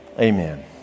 Amen